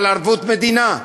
אבל ערבות מדינה.